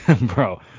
Bro